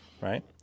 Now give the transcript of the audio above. right